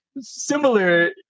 similar